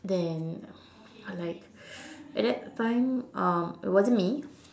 then uh like at that time um it wasn't me